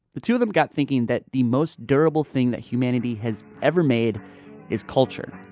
the two of them got thinking that the most durable thing that humanity has ever made is culture,